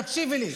תקשיבי לי.